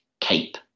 cape